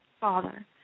Father